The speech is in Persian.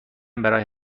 برای